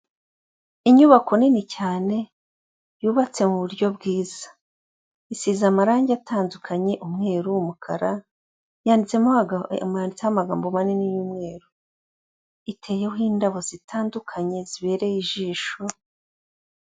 Inyubako nini cyane yubatse mu buryo bwiza, isize amarangi atandukanye, umweru, umukara, yanditseho amagambo manini y'umweru, iteyeho indabo zitandukanye zibereye ijisho.